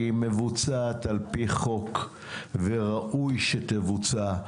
היא מבוצעת על פי חוק וראוי שתבוצע.